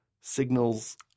signals